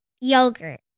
Yogurt